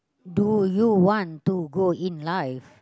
do you want to go in life